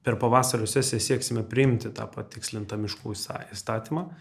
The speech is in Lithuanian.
per pavasario sesiją sieksime priimti tą patikslintą miškų įstatymą